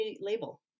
label